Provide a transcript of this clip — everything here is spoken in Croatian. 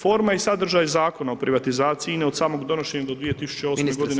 Forma i sadržaj Zakona o privatizaciji INA-e od samog donošenja do 2008.g